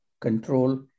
control